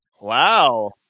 Wow